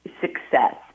success